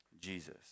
Jesus